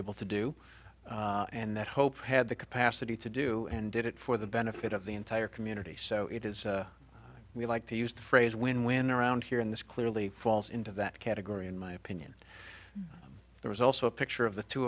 able to do and that hope had the capacity to do and did it for the benefit of the entire community so it is we like to use the phrase win win around here in this clearly falls into that category in my opinion there was also a picture of the two